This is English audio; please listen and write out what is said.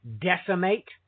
decimate